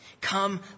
Come